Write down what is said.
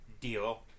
deal